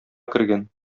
кергән